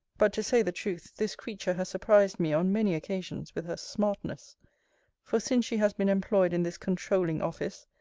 but, to say the truth, this creature has surprised me on many occasions with her smartness for, since she has been employed in this controuling office,